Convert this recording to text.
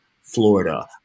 Florida